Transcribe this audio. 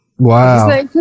Wow